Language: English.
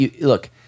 look